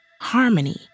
Harmony